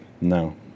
No